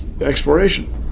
exploration